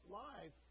live